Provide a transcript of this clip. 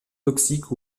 toxiques